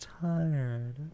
tired